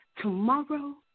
tomorrow